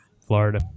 Florida